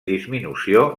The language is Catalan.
disminució